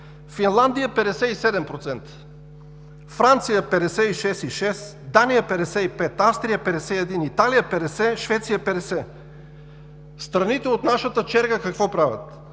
Финландия – 57%, Франция – 56,6, Дания – 55, Австрия – 51, Италия – 50, Швеция – 50. Страните от нашата черга какво правят?